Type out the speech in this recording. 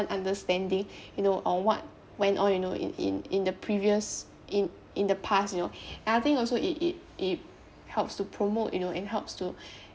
understanding you know on what went on you know in in in the previous in in the past you know I think also it it it helps to promote you know and helps to